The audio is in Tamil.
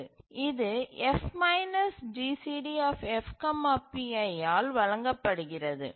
இது F GCD F pi ஆல் வழங்கப்படுகிறது